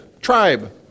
Tribe